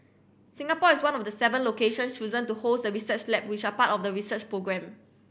Singapore is one of the seven location chosen to host the research lab which are part of the research programme